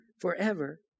forever